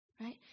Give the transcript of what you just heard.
right